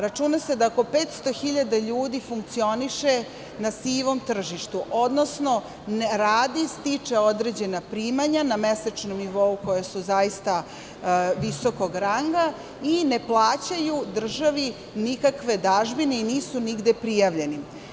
Računa se da oko 500 hiljada ljudi funkcioniše na sivom tržištu, odnosno radi, stiče određena primanja na mesečnom nivou, koja su zaista visokog ranga, i ne plaćaju državi nikakve dažbine i nisu nigde prijavljeni.